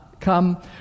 come